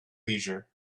leisure